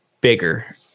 bigger